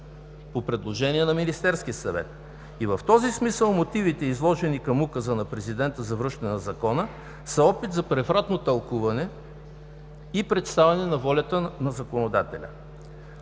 по предложение на Министерския съвет и в този смисъл мотивите, изложени към Указа на президента за връщане на Закона, са опит за превратно тълкуване и представяне на волята на законодателя.